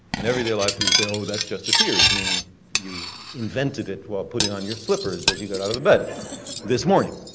in everyday life people say oh, that's just a theory, meaning you invented it while putting on your slippers as you got out of bed this morning.